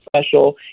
special